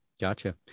Gotcha